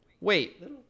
Wait